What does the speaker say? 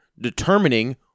determining